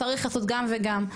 צריך לעשות גם וגם,